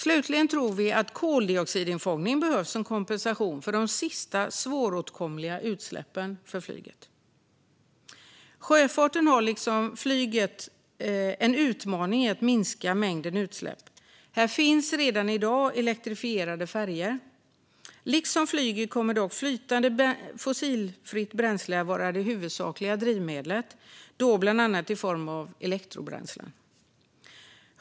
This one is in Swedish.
Slutligen tror vi att koldioxidinfångning behövs som kompensation för de sista svåråtkomliga utsläppen från flyget. Sjöfarten har liksom flyget en utmaning i att minska mängden utsläpp. Här finns redan i dag elektrifierade färjor. Liksom flyget kommer dock flytande fossilfritt bränsle att vara det huvudsakliga drivmedlet, bland annat i form av elektrobränslen.